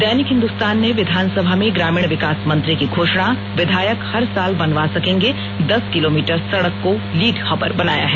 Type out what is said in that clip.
दैनिक हिन्दुस्तान ने विधानसभा मे ग्रामीण विकास मंत्री की घोषणा विधायक हर साल बनवा सकेंगे दस किलोमीटर सड़क को लीड खबर बनाया है